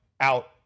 out